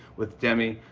with demi.